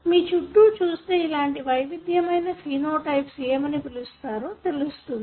మీ చుట్టూ చూస్తే ఇలాంటి వైవిధ్యమైన ఫీనో టైప్స్ ను యేమని పిలుస్తారో తెలుస్తుంది